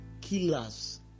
killers